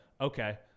okay